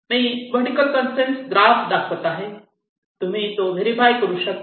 मी vertical constraint graph दाखवत आहे तुम्ही तो व्हेरिफाय करू शकता